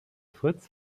fritz